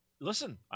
Listen